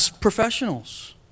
professionals